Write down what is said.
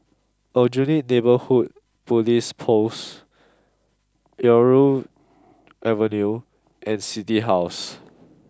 Aljunied Neighbourhood Police Post Irau Avenue and City House